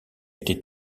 été